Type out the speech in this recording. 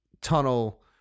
tunnel